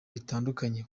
bitandukanye